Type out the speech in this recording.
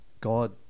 God